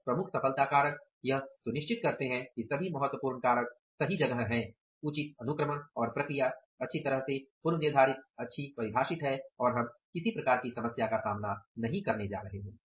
और प्रमुख सफलता कारक यह सुनिश्चित करते हैं कि सभी महत्वपूर्ण कारक सही जगह हैं उचित अनुक्रमण और प्रक्रिया अच्छी तरह से पूर्वनिर्धारित अच्छी परिभाषित है और हम किसी प्रकार की समस्या का सामना नहीं करने जा रहे हैं